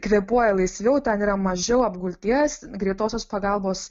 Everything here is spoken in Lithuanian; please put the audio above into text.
kvėpuoja laisviau ten yra mažiau apgulties greitosios pagalbos